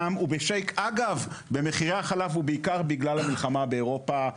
אגב במחירי החלב והוא בעיקר בגלל המלחמה באירופה,